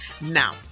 now